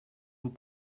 vous